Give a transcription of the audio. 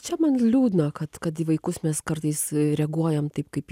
čia man liūdna kad kad į vaikus mes kartais reaguojam taip kaip